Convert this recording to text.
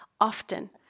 often